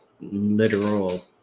literal